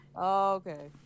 Okay